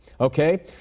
okay